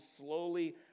slowly